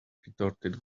retorted